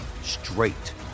straight